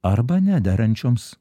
arba nederančiomis